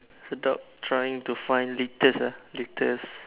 the dog trying to find litters ah litters